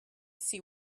see